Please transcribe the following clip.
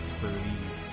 believe